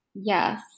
Yes